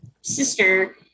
sister